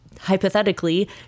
hypothetically